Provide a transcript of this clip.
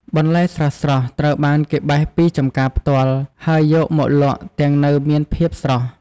បន្លែស្រស់ៗត្រូវបានគេបេះពីចំការផ្ទាល់ ហើយយកមកលក់ទាំងនៅមានសភាពស្រស់។